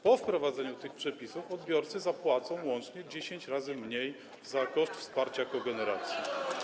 Po wprowadzeniu tych przepisów odbiorcy zapłacą łącznie 10 razy mniej za koszt wsparcia kogeneracji.